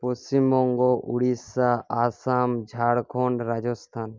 Paschimbanga Orissa Assam Jharkhand Rajasthan